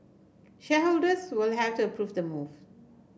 shareholders will have to approve the move